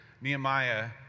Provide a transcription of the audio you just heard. Nehemiah